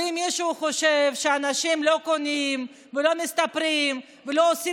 ואם מישהו חושב שאנשים לא קונים ולא מסתפרים ולא עושים